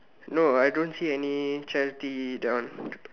no I don't see any charity that one